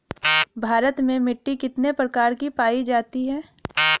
भारत में मिट्टी कितने प्रकार की पाई जाती हैं?